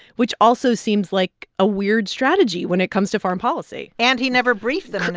which also seems like a weird strategy when it comes to foreign policy and he never briefed them in